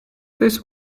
this